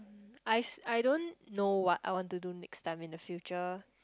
I I don't know what I want to do next time in the future